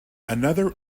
another